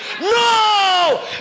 No